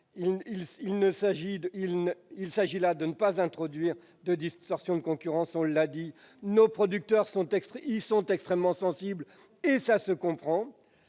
Il s'agit de ne pas introduire de distorsion de concurrence, je l'ai dit- nos producteurs y sont extrêmement sensibles, et cela se comprend